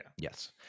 Yes